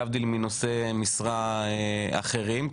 להבדיל מנושאי משרה אחרים,